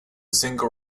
single